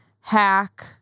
hack